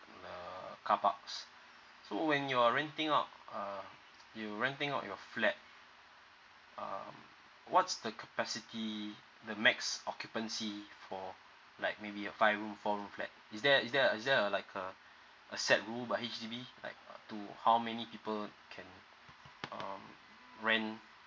the carparks so when you're renting out uh you renting out your flat um what's the capacity the max occupancy for like maybe a five room four room flat is there is there is there uh like a a set rule by H_D_B like are two how many people can um rent